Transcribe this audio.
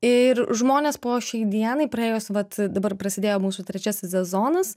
ir žmonės po šiai dienai praėjus vat dabar prasidėjo mūsų trečiasis sezonas